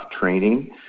training